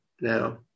now